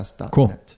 Cool